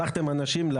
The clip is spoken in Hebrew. שלחתם אנשים?